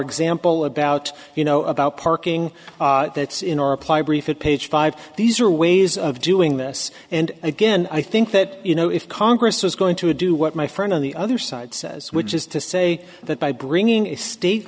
example about you know about parking that's in our reply brief it page five these are ways of doing this and again i think that you know if congress is going to do what my friend on the other side says which is to say that by bringing